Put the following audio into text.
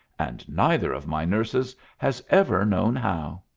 and neither of my nurses has ever known how.